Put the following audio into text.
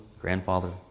grandfather